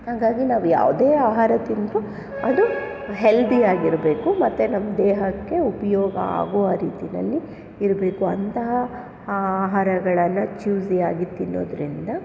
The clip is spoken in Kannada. ಹಂಗಾಗಿ ನಾವು ಯಾವುದೇ ಆಹಾರ ತಿಂದರೂ ಅದು ಹೆಲ್ದಿಯಾಗಿರಬೇಕು ಮತ್ತು ನಮ್ಮ ದೇಹಕ್ಕೆ ಉಪಯೋಗ ಆಗುವ ರೀತಿಯಲ್ಲಿ ಇರಬೇಕು ಅಂತಹ ಆ ಆಹಾರಗಳನ್ನು ಚ್ಯೂಝಿಯಾಗಿ ತಿನ್ನೋದರಿಂದ